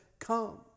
come